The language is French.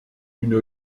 une